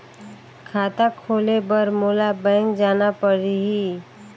खाता खोले बर मोला बैंक जाना परही?